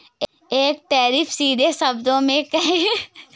एक टैरिफ, सीधे शब्दों में कहें, एक आयातित माल पर लगाया जाने वाला कर है